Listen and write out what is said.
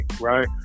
right